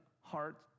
heart